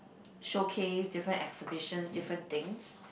showcases different exhibitions different things